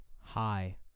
Hi